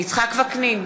יצחק וקנין,